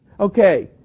Okay